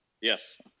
Yes